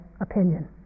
opinion